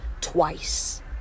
twice